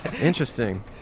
Interesting